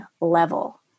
level